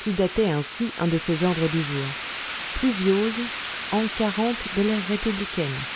qui datait ainsi un de ses ordres du jour pluviôse an de l'ère républicaine